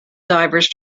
divers